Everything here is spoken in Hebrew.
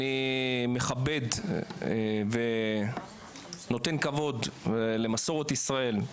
אני מכבד ונותן כבוד למסורת ישראל,